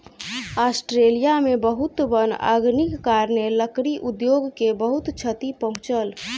Australia में बहुत वन अग्निक कारणेँ, लकड़ी उद्योग के बहुत क्षति पहुँचल